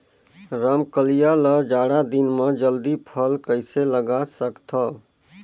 रमकलिया ल जाड़ा दिन म जल्दी फल कइसे लगा सकथव?